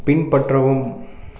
பின்பற்றவும்